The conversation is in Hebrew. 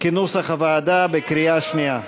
כנוסח הוועדה, בקריאה שנייה.